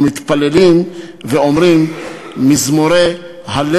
ומתפללים ואומרים מזמורים".